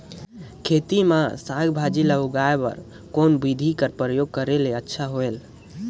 खेती मे साक भाजी ल उगाय बर कोन बिधी कर प्रयोग करले अच्छा होयल?